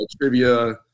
trivia